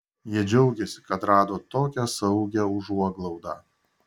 jie džiaugiasi kad rado tokią saugią užuoglaudą